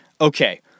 Okay